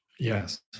Yes